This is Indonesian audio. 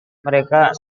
mereka